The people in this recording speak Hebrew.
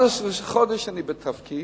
11 חודש אני בתפקיד,